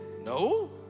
no